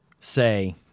say